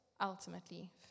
ultimately